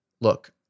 look